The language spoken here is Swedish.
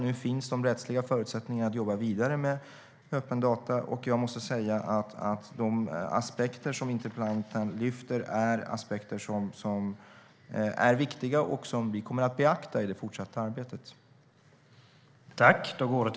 Nu finns de rättsliga förutsättningarna att jobba vidare med öppna data. De aspekter som interpellanten lyfter fram är aspekter som är viktiga och som vi kommer att beakta i det fortsatta arbetet.